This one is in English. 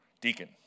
deacon